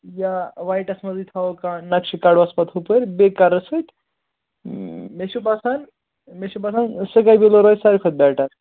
یا وایٹَس منٛزٕے تھاوَو کانٛہہ نَقشہٕ کَڑہوس پَتہٕ ہُپٲرۍ بیٚیہِ کلرٕ سۭتۍ مےٚ چھُ باسان مےٚ چھُ باسان سکاے بِلوٗ روزِ ساروی کھۄتہٕ بیٚٹر